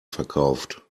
verkauft